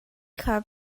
have